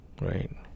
right